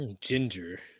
ginger